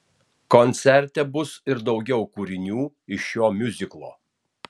koncerte bus ir daugiau kūrinių iš šio miuziklo